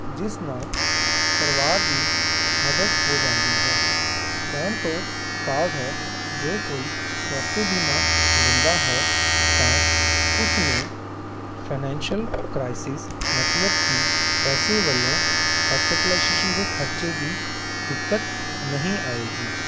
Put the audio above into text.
ਜਿਸ ਨਾਲ਼ ਪਰਿਵਾਰ ਦੀ ਮਦਦ ਹੋ ਜਾਂਦੀ ਹੈ ਕਹਿਣ ਤੋਂ ਭਾਵ ਹੈ ਜੇ ਕੋਈ ਸਵਸਥੇ ਬੀਮਾ ਲੈਂਦਾ ਹੈ ਤਾਂ ਉਸ ਨੂੰ ਫਾਈਨੈਂਸ਼ੀਅਲ ਕ੍ਰਾਈਸਿਸ ਮਤਲਬ ਕਿ ਪੈਸੇ ਵੱਲੋਂ ਹਸਪਿਟਲਾਈਸੇਸ਼ਨ ਦੇ ਖਰਚੇ ਦੀ ਦਿੱਕਤ ਨਹੀਂ ਆਵੇਗੀ